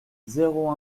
zéro